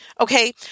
Okay